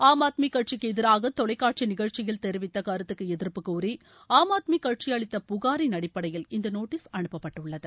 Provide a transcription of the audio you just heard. ஆம் ஆத்மி கட்சிக்கு எதிராக தொலைக்காட்சி நிகழ்ச்சியில் தெரிவித்த கருத்துக்கு எதிர்ப்பு கூறி ஆம் ஆத்மி கட்சி அளித்த புகாரின் அடிப்படையில் இந்த நோட்டீஸ் அனுப்பப்பட்டுள்ளது